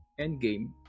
Endgame